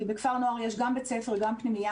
כי בכפר נוער יש גם בית ספר וגם פנימייה